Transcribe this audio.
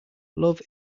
love